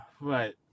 right